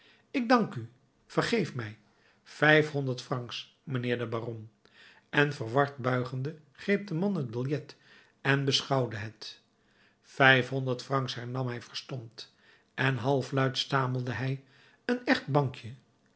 k dank u vergeef mij vijfhonderd francs mijnheer de baron en verward buigende greep de man het biljet en beschouwde het vijfhonderd francs hernam hij verstomd en halfluid stamelde hij een echt bankje